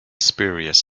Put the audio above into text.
spurious